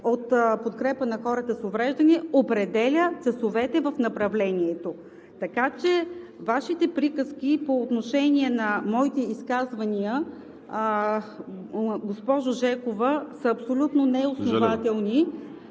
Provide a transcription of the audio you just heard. от подкрепа на хората с увреждания, определя часовете в направлението. Така че Вашите приказки по отношение на моите изказвания, госпожо Жекова, са абсолютно неоснователни.